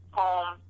home